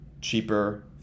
cheaper